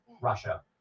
Russia